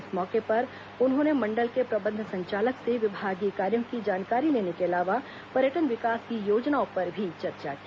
इस मौके पर उन्होंने मंडल के प्रबंध संचालक से विभागीय कार्यों की जानकारी लेने के अलावा पर्यटन विकास की योजनाओं पर भी चर्चा की